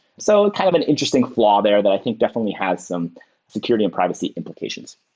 so kind of an interesting flaw there that i think definitely has some security and privacy implications.